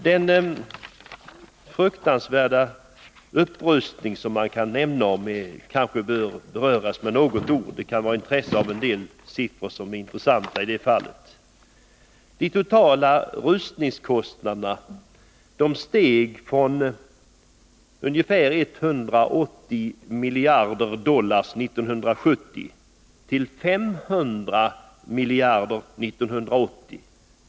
Den fruktansvärda upprustningen kanske bör beröras med något ord. Det kan vara av intresse att nämna en del siffror i detta sammanhang. De totala rustningskostnaderna steg från ungefär 180 miljarder dollar 1970 till 500 miljarder dollar år 1980.